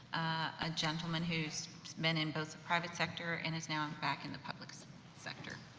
a gentleman who's been in both the private sector and is now back in the public so sector.